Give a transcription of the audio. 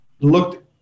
looked